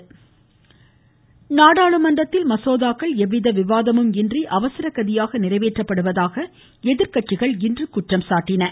நாடாளுமன்றம் நாடாளுமன்றத்தில் மசோதாக்கள் எவ்வித விவாதமுமின்றி அவசர கதியாக நிறைவேற்றப்படுவதாக எதிர்கட்சிகள் குற்றம் சாட்டியுள்ளன